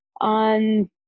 on